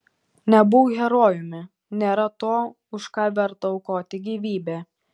nebūk herojumi nėra to už ką verta aukoti gyvybę